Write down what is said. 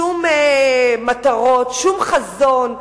שום מטרות, שום חזון.